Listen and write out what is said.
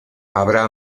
habrá